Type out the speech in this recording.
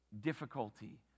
difficulty